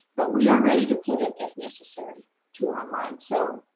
but we are ready to pivot if necessary to online. so,